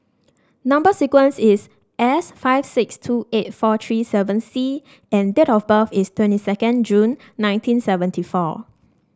number sequence is S five six two eight four three seven C and date of birth is twenty second June nineteen seventy four